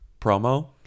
Promo